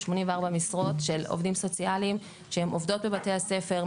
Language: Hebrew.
84 משרות של עובדים סוציאליים שהם עובדות בבתי הספר,